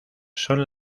son